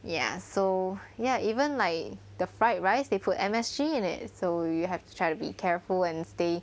ya so ya even like the fried rice they put M_S_G in it so you have to try to be careful and stay